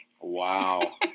Wow